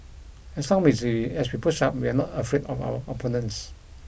as long with as we push up we are not afraid of our opponents